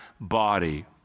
body